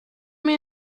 mir